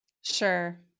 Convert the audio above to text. sure